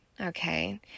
Okay